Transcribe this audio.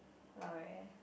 L'oreal